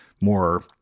more